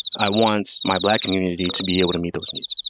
i want my black community to be able to meet those needs,